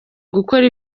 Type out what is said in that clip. gukora